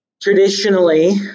Traditionally